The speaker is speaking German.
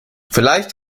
vielleicht